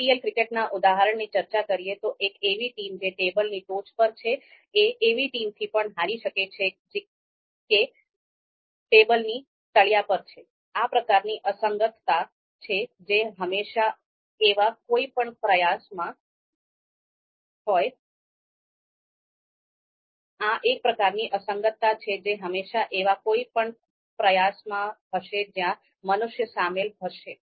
આ એક પ્રકારની અસંગતતા છે જે હંમેશા એવા કોઈપણ પ્રયાસમાં હશે જ્યાં મનુષ્ય સામેલ છે